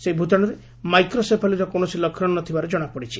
ସେହି ଭୂତାଣୁରେ ମାଇକ୍ରୋସେଫାଲିର କୌଣସି ଲକ୍ଷଣ ନ ଥିବାର ଜଣାପଡ଼ିଛି